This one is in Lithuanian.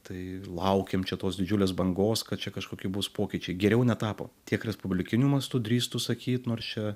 tai laukiam čia tos didžiulės bangos kad čia kažkokie bus pokyčiai geriau netapo tiek respublikiniu mastu drįstu sakyt nors čia